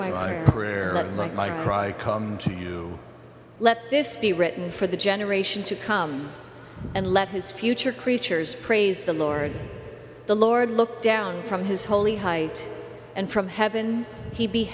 cry come to you let this be written for the generation to come and let his future creatures praise the lord the lord looked down from his holy height and from heaven he be